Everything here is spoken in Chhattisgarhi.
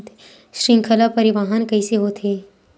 श्रृंखला परिवाहन कइसे होथे?